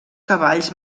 cavalls